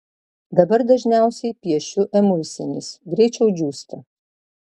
dabar dažniausiai piešiu emulsiniais greičiau džiūsta